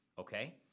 Okay